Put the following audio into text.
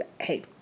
Hey